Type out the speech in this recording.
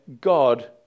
God